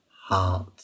heart